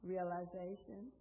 Realization